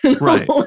Right